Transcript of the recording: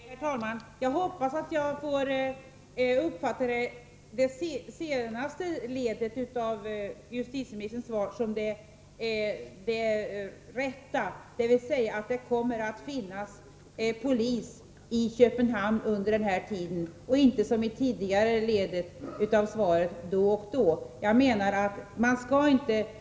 Herr talman! Jag hoppas att jag får uppfatta den senare delen av justitieministerns svar, dvs. att det kommer att finnas svensk polis i Köpenhamn under den här tiden, som det rätta, och inte den första delen av svaret, där justitieministern sade att det skall finnas polis då och då.